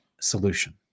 solution